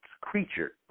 creature